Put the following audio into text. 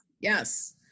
yes